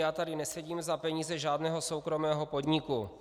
Já tady nesedím za peníze žádného soukromého podniku.